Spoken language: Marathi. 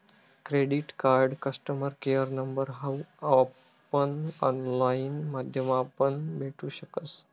credit card customer care number हाऊ आपण ऑनलाईन माध्यमापण भेटू शकस